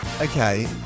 Okay